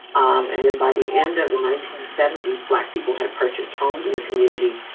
and then by the end of the nineteen seventy s, black people had purchased homes in the community.